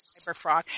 Cyberfrog